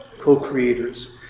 Co-creators